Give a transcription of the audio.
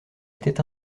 était